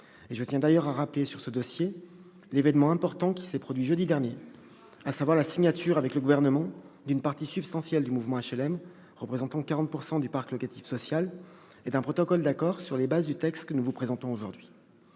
Je tiens d'ailleurs à rappeler l'événement important qui s'est produit jeudi dernier dans ce dossier : la signature, entre le Gouvernement et une partie substantielle du mouvement HLM- représentant plus de 40 % du parc locatif social -, d'un protocole d'accord sur la base du texte que nous vous présentons aujourd'hui.